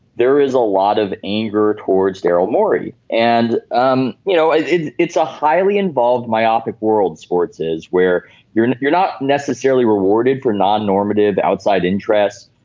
there is a lot of anger towards daryl morey and um you know and it's a highly involved myopic world sports is where you're you're not necessarily rewarded for non normative outside interests.